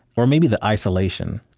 or maybe, the isolation